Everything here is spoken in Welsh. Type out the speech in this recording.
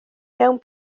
mewn